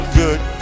good